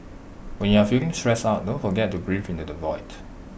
when you are feeling stressed out don't forget to breathe into the void